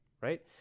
right